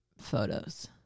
photos